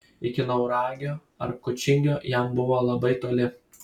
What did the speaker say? iki nauragio ar kučingio jam buvo labai toli